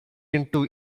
into